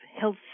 health